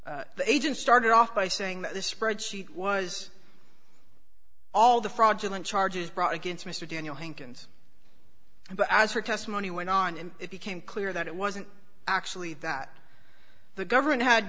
the agent started off by saying that this spreadsheet was all the fraudulent charges brought against mr daniel hankins but as her testimony went on and it became clear that it wasn't actually that the government had